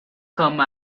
come